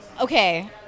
Okay